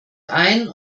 ein